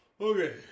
Okay